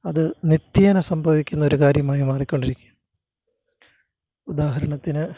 അത് നിത്യേന സംഭവിക്കുന്നൊരു കാര്യമായി മാറിക്കൊണ്ടിരിക്കുകയാ ഉദാഹരണത്തിന്